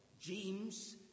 James